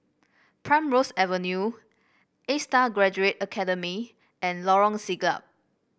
Primrose Avenue A Star Graduate Academy and Lorong Siglap